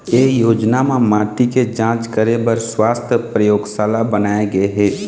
ए योजना म माटी के जांच करे बर सुवास्थ परयोगसाला बनाए गे हे